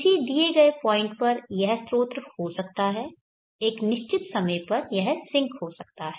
किसी दिए गए पॉइंट पर यह स्रोत हो सकता है एक निश्चित समय पर यह सिंक हो सकता है